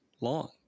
long